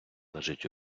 лежить